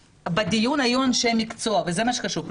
בדיון היו אנשי מקצוע, וזה מה שחשוב.